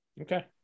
Okay